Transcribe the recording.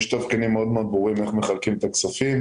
יש תבחינים מאוד ברורים, איך מחלקים את הכספים